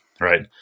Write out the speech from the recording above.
right